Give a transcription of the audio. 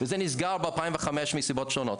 וזה נסגר ב-2005 מסיבות שונות.